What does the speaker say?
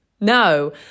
No